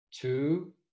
two